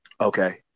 Okay